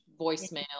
voicemail